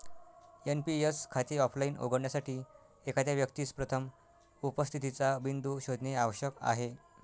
NPS खाते offline उघडण्यासाठी, एखाद्या व्यक्तीस प्रथम उपस्थितीचा बिंदू शोधणे आवश्यक आहे